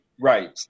Right